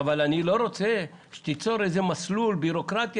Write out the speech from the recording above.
אבל אני לא רוצה שתיצור עכשיו מסלול בירוקרטי,